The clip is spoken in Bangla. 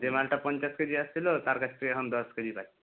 যে মালটা পঞ্চাশ কেজি আসছিলো তার কাছ থেকে এখন দশ কেজি পাচ্ছি